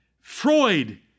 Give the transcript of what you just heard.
Freud